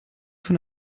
von